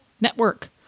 Network